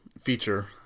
feature